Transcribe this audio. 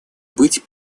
быть